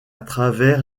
travers